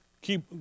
keep